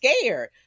scared